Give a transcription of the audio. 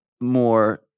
more